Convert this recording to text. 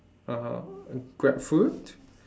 uh grab food